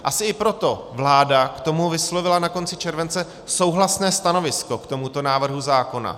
Asi i proto vláda k tomu vyslovila na konci července souhlasné stanovisko, k tomuto návrhu zákona.